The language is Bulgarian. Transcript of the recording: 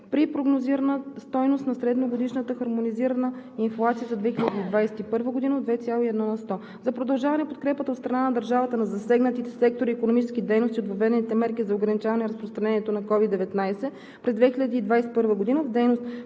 при прогнозирана стойност на средногодишната хармонизирана инфлация за 2021 г. от 2,1 на сто. За продължаване подкрепата от страна на държавата за засегнатите сектори и икономически дейности от въведените мерки за ограничаване разпространението на COVID-19 през 2021 г. в дейност